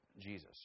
Jesus